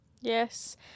yes